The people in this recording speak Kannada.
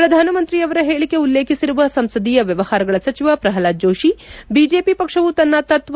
ಪ್ರಧಾನಮಂತ್ರಿಯವರ ಹೇಳಿಕೆ ಉಲ್ಲೇಖಿಸಿರುವ ಸಂಸದೀಯ ವ್ಚವಹಾರಗಳ ಸಚಿವ ಪ್ರಹ್ಲಾದ್ ಜೋಶಿ ಬಿಜೆಪಿ ಪಕ್ಷವು ತನ್ನ ಶತ್ವ